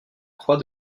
croix